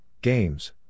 Games